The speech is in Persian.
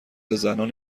زنان